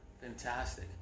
Fantastic